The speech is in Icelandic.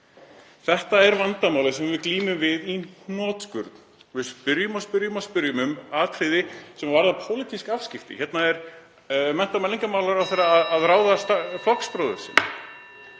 Þetta er vandamálið sem við glímum við í hnotskurn. Við spyrjum og spyrjum um atriði sem varða pólitísk afskipti. Hér er mennta- og menningarmálaráðherra að ráða flokksbróður sinn.